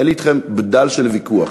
אין לי אתכם בדל של ויכוח.